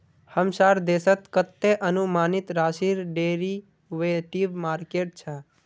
हमसार देशत कतते अनुमानित राशिर डेरिवेटिव मार्केट छ